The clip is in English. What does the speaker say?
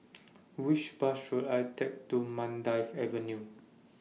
Which Bus should I Take to Mandai Avenue